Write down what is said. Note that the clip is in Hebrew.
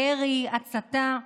ירי, הצתה,